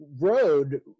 road